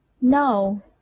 No